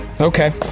Okay